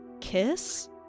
kiss